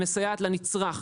היא מסייעת לנצרך,